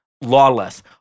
lawless